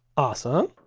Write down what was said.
awesome.